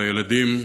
על הילדים,